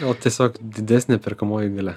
gal tiesiog didesnė perkamoji galia